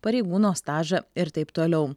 pareigūno stažą ir taip toliau